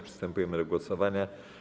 Przystępujemy do głosowania.